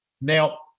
now